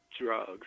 drugs